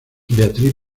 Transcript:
beatriz